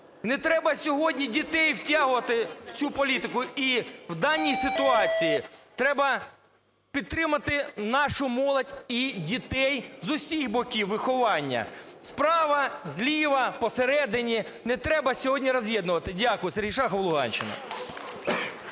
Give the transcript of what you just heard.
Не треба сьогодні дітей втягувати в цю політику. І в даній ситуації треба підтримати нашу молодь і дітей з усіх боків виховання: справа, зліва, посередині. Не треба сьогодні роз'єднувати. Дякую. Сергій Шахов, Луганщина.